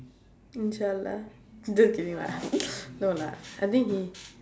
inshallah just kidding lah no lah I think he